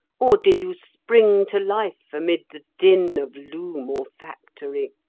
or did you spring to life amid the din of loom or factory?